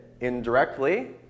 indirectly